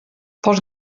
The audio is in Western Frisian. pas